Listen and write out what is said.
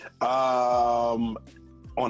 On